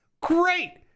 great